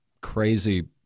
crazy